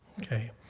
Okay